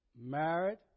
married